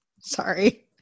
Sorry